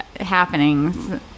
happenings